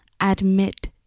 Admit